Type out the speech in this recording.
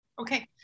okay